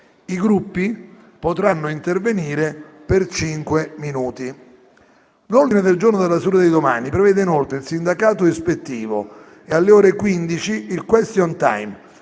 I Gruppi potranno intervenire per cinque minuti. L'ordine del giorno della seduta di domani prevede inoltre il sindacato ispettivo e, alle ore 15, il *question time*